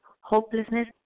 hopelessness